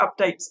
updates